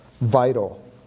vital